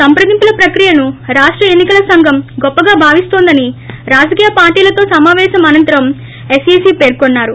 సంప్రదింపుల ప్రక్రియను రాష్ల ఎన్పి కల సంఘం గొప్పగా భావిస్తోందని రాజకీయ పార్గీలతో సమాపేశం అనంతరం ఎస్ఈసీ పేర్కొన్నారు